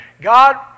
God